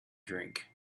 drink